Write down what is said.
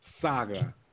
saga